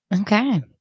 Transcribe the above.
okay